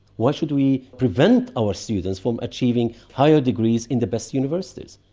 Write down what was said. why should we prevent our students from achieving higher degrees in the best universities?